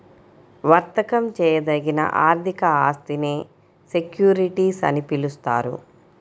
వర్తకం చేయదగిన ఆర్థిక ఆస్తినే సెక్యూరిటీస్ అని పిలుస్తారు